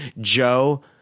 Joe